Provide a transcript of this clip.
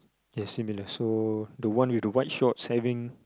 yes similar so the one with the white shorts having